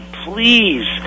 please